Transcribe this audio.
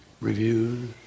reviews